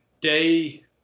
day